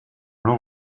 long